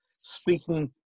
speaking